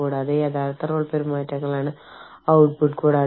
കൂടാതെ ഡാറ്റ സ്വകാര്യതാ നിയമങ്ങൾ ഓരോ രാജ്യത്തിനും വ്യത്യസ്തമായേക്കാം